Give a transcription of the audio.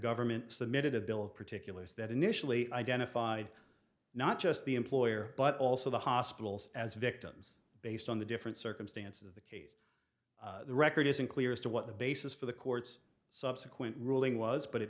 government submitted a bill of particulars that initially identified not just the employer but also the hospitals as victims based on the different circumstance of the k the record is unclear as to what the basis for the court's subsequent ruling was but it